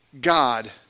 God